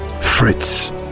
Fritz